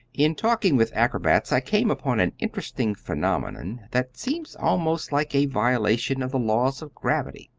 in talking with acrobats, i came upon an interesting phenomenon that seems almost like a violation of the laws of gravitation.